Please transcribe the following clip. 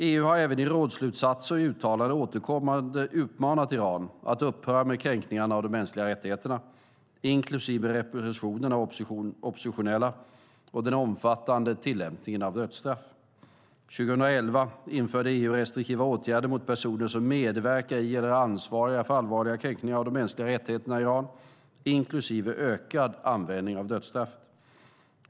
EU har även i rådsslutsatser och i uttalanden återkommande uppmanat Iran att upphöra med kränkningarna av de mänskliga rättigheterna, inklusive repressionen av oppositionella och den omfattande tillämpningen av dödsstraff. År 2011 införde EU restriktiva åtgärder mot personer som medverkar i eller är ansvariga för allvarliga kränkningar av de mänskliga rättigheterna i Iran, inklusive ökad användning av dödsstraffet.